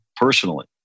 personally